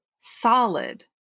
solid